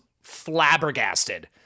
flabbergasted